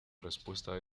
respuesta